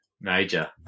Major